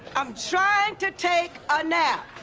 i'm trying to take a nap!